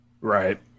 Right